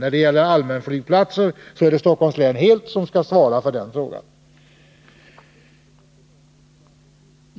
När det gäller allmänflygplatser är det Stockholms län som helt skall svara för driften.